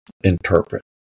interpret